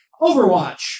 Overwatch